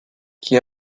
qui